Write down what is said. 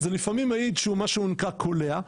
זה לפעמים מעיד שהוא מה שנקרא קולע,